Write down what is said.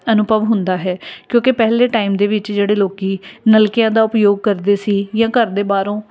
ਅਨੁਭਵ ਹੁੰਦਾ ਹੈ ਕਿਉਂਕਿ ਪਹਿਲੇ ਟਾਈਮ ਦੇ ਵਿੱਚ ਜਿਹੜੇ ਲੋਕ ਨਲਕਿਆਂ ਦਾ ਉਪਯੋਗ ਕਰਦੇ ਸੀ ਜਾਂ ਘਰ ਦੇ ਬਾਹਰੋਂ